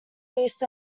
east